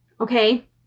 Okay